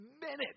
minutes